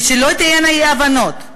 ושלא תהיינה אי-הבנות,